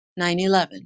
9-11